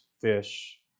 fish